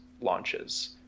launches